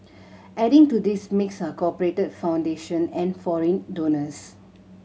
adding to this mix are corporate foundation and foreign donors